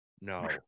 No